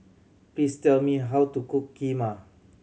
please tell me how to cook Kheema